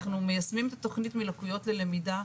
אנחנו מיישמים את התוכנית "מלקויות ללמידה".